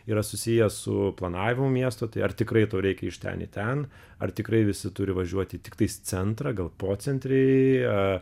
yra susiję su planavimu miesto tai ar tikrai to reikia iš ten į ten ar tikrai visi turi važiuoti tiktais į centrą gal pocentriai